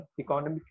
economic